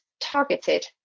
targeted